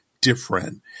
different